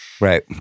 Right